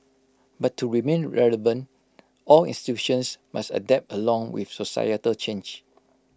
but to remain relevant all institutions must adapt along with societal change